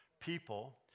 people